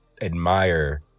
admire